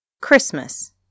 christmas